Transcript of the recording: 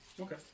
Okay